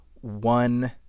one